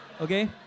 Okay